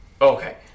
Okay